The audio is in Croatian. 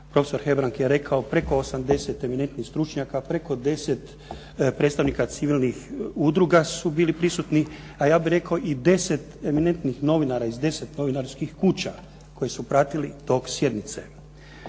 profesor Hebrang je rekao preko 80 eminentnih stručnjaka, preko 10 predstavnika civilnih udruga su bili prisutni, a ja bih rekao i 10 eminentnih novinara iz 10 novinarskih kuća koji su pratili tok sjednice.